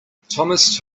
thomas